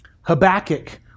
Habakkuk